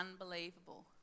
unbelievable